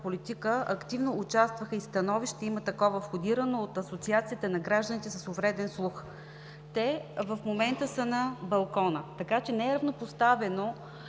политика активно участваха и има входирано становище от Асоциацията на гражданите с увреден слух. Те в момента са на балкона, така че не е равнопоставено